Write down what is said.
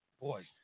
Boy